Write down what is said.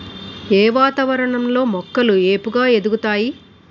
ఏ వాతావరణం లో మొక్కలు ఏపుగ ఎదుగుతాయి?